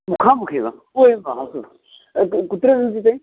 मुखामुखेव ओ एवं वा अस्तु कुत्र सन्ति ते